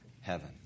heaven